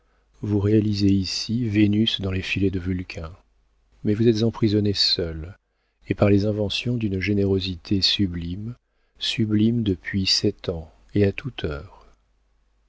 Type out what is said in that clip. vous réalisez ici vénus dans les filets de vulcain mais vous êtes emprisonnée seule et par les inventions d'une générosité sublime sublime depuis sept ans et à toute heure